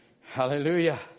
Hallelujah